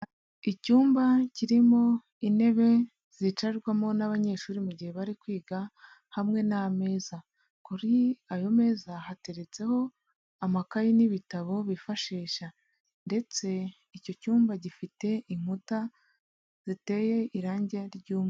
Icyumba kirimo intebe zicarwamo n'abanyeshuri mu gihe bari kwiga, hamwe ni ameza, kuri ayo meza hateretseho amakaye n'ibitabo bifashisha, ndetse icyo cyumba gifite inkuta ziteye irangi ry'umweru.